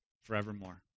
forevermore